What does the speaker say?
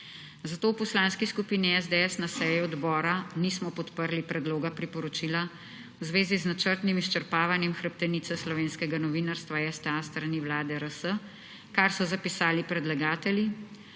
Zato v Poslanski skupini SDS na seji odbora nismo podprli predloga priporočila v zvezi z načrtnim izčrpavanjem hrbtenice slovenskega novinarstva STA s strani Vlade RS, kar so zapisali predlagatelji,